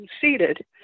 seated